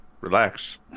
Relax